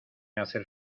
hacer